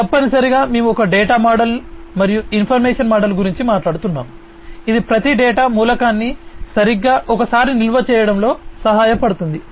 కాబట్టి తప్పనిసరిగా మేము ఒక డేటా మోడల్ మరియు ఇన్ఫర్మేషన్ మోడల్ గురించి మాట్లాడుతున్నాము అది ప్రతి డేటా మూలకాన్ని సరిగ్గా ఒకసారి నిల్వ చేయడంలో సహాయపడుతుంది